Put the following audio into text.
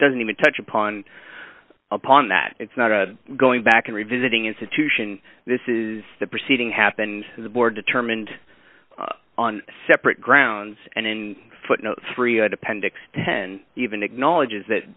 doesn't even touch upon upon that it's not a going back and revisiting institution this is the proceeding happened to the board determined on separate grounds and in footnote three and appendix ten even acknowledges that